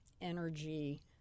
energy